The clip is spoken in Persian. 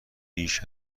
بیش